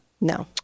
No